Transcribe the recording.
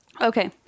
Okay